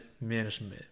management